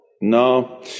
No